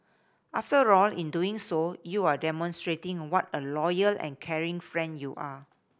after all in doing so you are demonstrating what a loyal and caring friend you are